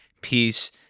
peace